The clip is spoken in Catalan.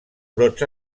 brots